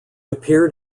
appeared